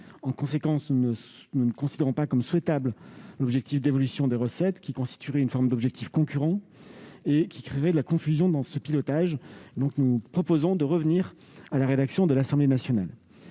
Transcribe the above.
En conséquence, nous ne considérons pas comme souhaitable l'objectif d'évolution des recettes, car il constituerait une forme d'objectif concurrent, qui créerait de la confusion dans ce pilotage budgétaire. Nous proposons donc de revenir à la rédaction du texte adoptée